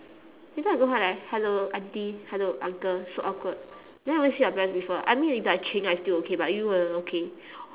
later I go home I like hello auntie hello uncle so awkward then I never see your parents before I mean if like ching I still okay but you I not okay